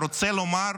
הווה אומר: